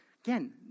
Again